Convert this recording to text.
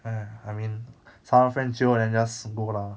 !aiya! I mean somemore friend jio then just go lah